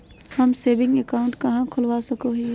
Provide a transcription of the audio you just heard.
हम saving account कहाँ खोलवा सको हियै?